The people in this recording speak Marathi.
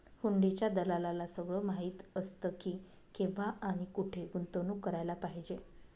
हुंडीच्या दलालाला सगळं माहीत असतं की, केव्हा आणि कुठे गुंतवणूक करायला पाहिजे